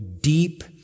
deep